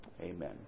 Amen